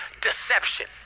deception